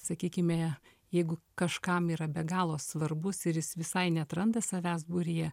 sakykime jeigu kažkam yra be galo svarbus ir jis visai neatranda savęs būryje